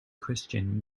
christian